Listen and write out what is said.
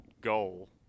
goal